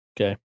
Okay